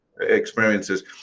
experiences